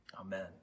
amen